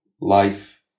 life